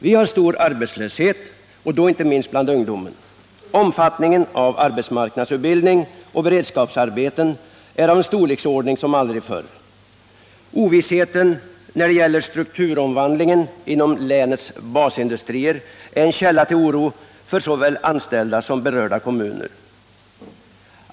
Vi har stor arbetslöshet och då inte minst bland ungdomen. Omfattningen av arbetsmarknadsutbildning och beredskapsarbeten är av en storleksordning som aldrig förr. Ovissheten när det gäller strukturomvandlingen inom länets basindustrier är en källa till oro för såväl anställda som berörda kommuner.